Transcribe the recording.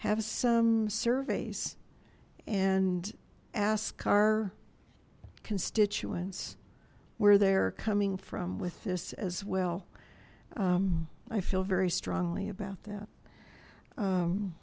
have some surveys and ask our constituents where they're coming from with this as well i feel very strongly about that